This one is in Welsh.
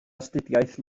astudiaeth